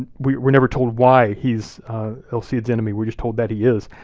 we're we're never told why he's el cid's enemy, we're just told that he is.